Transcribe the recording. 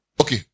Okay